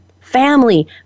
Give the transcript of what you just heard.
family